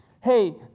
Hey